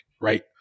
right